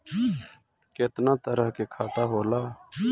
केतना तरह के खाता होला?